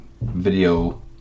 video